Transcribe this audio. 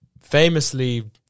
famously